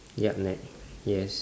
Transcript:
yup net yes